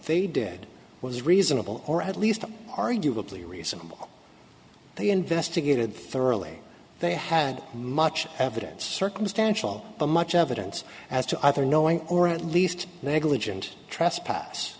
they did was reasonable or at least arguably reasonable they investigated thoroughly they had much evidence circumstantial but much evidence as to either knowing or at least negligent trespass